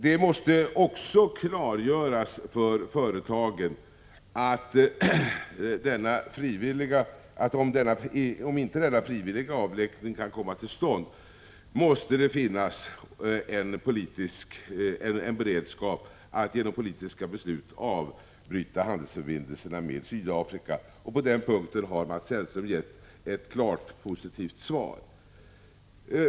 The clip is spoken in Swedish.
Det måste också klargöras för företagen att om inte denna frivilliga avveckling kan komma till stånd, måste det finnas en beredskap att genom politiska beslut avbryta handelsförbindelserna med Sydafrika. På den punkten har Mats Hellström gett ett klart positivt svar.